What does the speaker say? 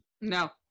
no